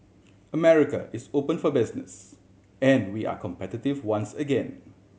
America is open for business and we are competitive once again